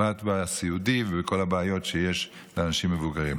ובפרט בסיעודי ובכל הבעיות שיש לאנשים מבוגרים,